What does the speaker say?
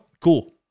Cool